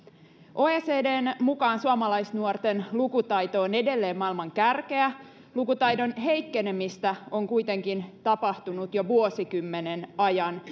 oecdn mukaan suomalaisnuorten lukutaito on edelleen maailman kärkeä lukutaidon heikkenemistä on kuitenkin tapahtunut jo vuosikymmenen ajan